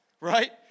right